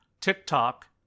TikTok